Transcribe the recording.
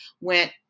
went